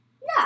No